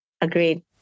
Agreed